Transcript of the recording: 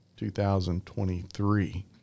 2023